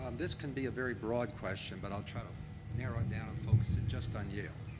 um this can be a very broad question, but i'll try to narrow it down and focus it just on yale.